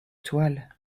toile